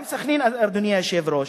גם סח'נין, אדוני היושב-ראש,